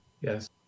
Yes